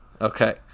Okay